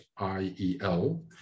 IEL